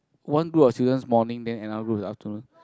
one group of students morning then another group is afternoon